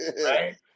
right